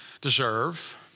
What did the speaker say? deserve